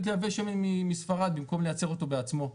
לייבא שמן מספרד במקום לייצר אותו בעצמו.